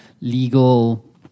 legal